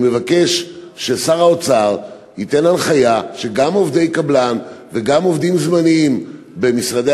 אני מבקש ששר האוצר ייתן הנחיה שגם עובדי קבלן וגם עובדים זמניים במשרדי